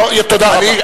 תודה רבה.